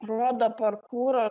rodo parkūro